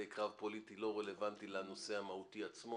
קרב פוליטי לא רלוונטי לנושא עצמו.